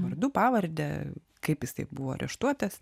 vardu pavarde kaip jis taip buvo areštuotas